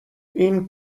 این